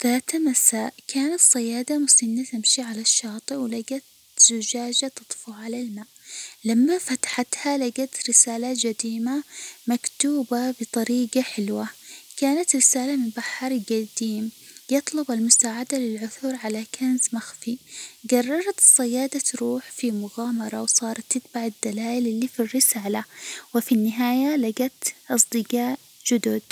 ذات مساء كانت الصيادة مسنة تمشي على الشاطئ، ولجت زجاجة تطفو على الماء، لما فتحتها لجت رسالة جديمة مكتوبة بطريجة حلوة، كانت رسالة من بحار جديم يطلب المساعدة للوصول على كنز مخفي، جررت الصيادة تروح في مغامرة، وصارت تتبع الدلائل اللي في الرسالة، وفي النهاية لجت أصدجاء جدد.